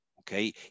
Okay